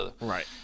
right